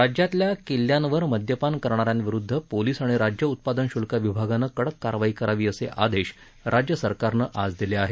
राज्यातील किल्ल्यांवर मद्यपान करणाऱ्यांविरुद्ध पोलिस आणि राज्य उत्पादन शुल्क विभागानं कडक कारवाई करावी असे आदेश राज्य सरकारनं आज दिले आहेत